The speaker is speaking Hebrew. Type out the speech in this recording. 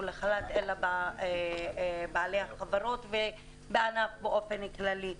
לחל"ת אלא בעלי החברות ובענף באופן כללי.